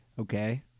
okay